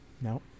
no